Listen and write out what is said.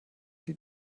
die